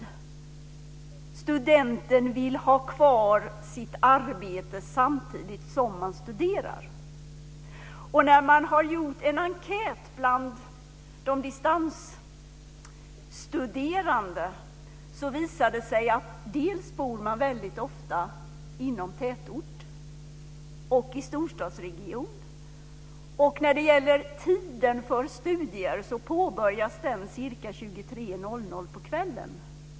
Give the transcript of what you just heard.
Studenten vill ha kvar sitt arbete samtidigt som denne studerar. Vid en enkät bland de distansstuderande har det visat sig dels att de ofta bor inom tätort och i storstadsregion, dels att tiden för studier påbörjas ca 23.00 på kvällen.